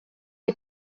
est